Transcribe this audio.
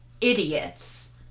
idiots